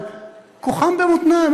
אבל כוחם במותנם,